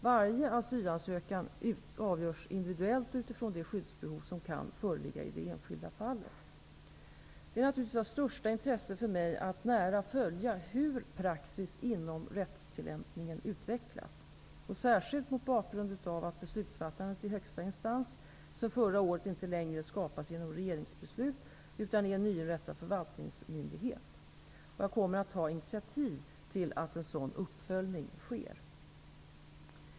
Varje asylansökan avgörs individuellt och utifrån det skyddsbehov som kan föreligga i det enskilda fallet. Det är naturligtvis av största intresse för mig att nära följa hur praxis inom rättstillämpningen utvecklas, särskilt mot bakgrund av att beslutsfattande i högsta instans sedan förra året inte längre skapas genom regeringsbeslut utan i en nyinrättad förvaltningsmyndighet. Jag kommer att ta initiativ till att en sådan uppföljning sker.